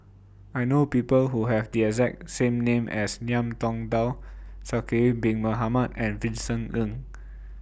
I know People Who Have The exact same name as Ngiam Tong Dow Zulkifli Bin Mohamed and Vincent Ng